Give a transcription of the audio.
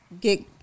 get